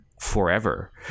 forever